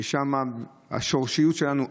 ששם השורשיות שלנו,